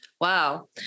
wow